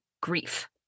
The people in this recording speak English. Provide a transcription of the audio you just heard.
grief